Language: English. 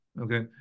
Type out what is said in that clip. Okay